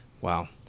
wow